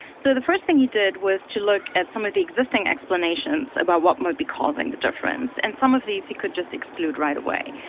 so the first thing he did was to look at some of the existing explanations about what might be causing the difference. and some of these, he could just exclude right away.